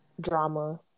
Drama